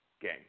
game